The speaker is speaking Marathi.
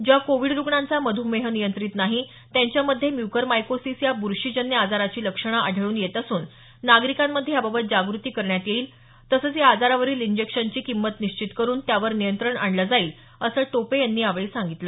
ज्या कोविड रुग्णांचा मधुमेह नियंत्रित नाही त्यांच्यामध्ये म्युकरमायकोसिस या बुरशीजन्य आजाराची लक्षणं आढळून येत असून नागरिकांमध्ये याबाबत जागृती करण्यात येईल तसंच या आजारावरील इंजेक्शनची किंमत निश्चित करून त्यावर नियंत्रण आणलं जाईल असं टोपे यांनी यावेळी सांगितलं